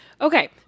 Okay